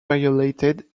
violated